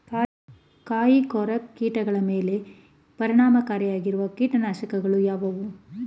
ಕಾಯಿಕೊರಕ ಕೀಟಗಳ ಮೇಲೆ ಪರಿಣಾಮಕಾರಿಯಾಗಿರುವ ಕೀಟನಾಶಗಳು ಯಾವುವು?